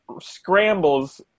Scrambles